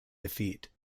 defeat